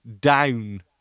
down